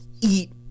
eat